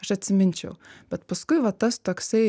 aš atsiminčiau bet paskui va tas toksai